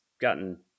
gotten